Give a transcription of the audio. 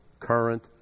current